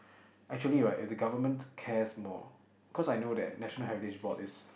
actually right if the government cares more cause I know that national heritage board is